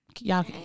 Y'all